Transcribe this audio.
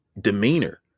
demeanor